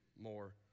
more